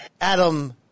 Adam